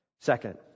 Second